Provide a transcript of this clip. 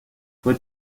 fue